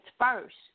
first